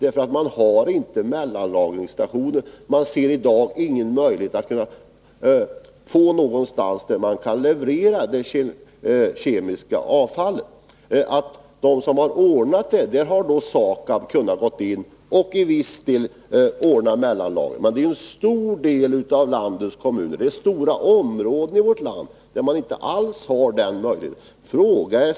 Man har inte mellanlagringsstationer, och man ser i dag ingen möjlighet att få ett ställe dit man kan leverera det kemiska avfallet. I vissa fall har SAKAB kunnat gå in och ordna mellanlagringen. Men en stor del av landets kommuner och betydande områden av vårt land har inte alls den möjligheten.